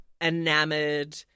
enamored